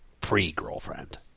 pre-girlfriend